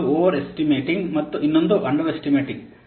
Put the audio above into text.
ಒಂದು over estimating ಮತ್ತು ಇನ್ನೊಂದು ಅಂಡರ್ ಎಸ್ಟಿಮೇಟಿಂಗ್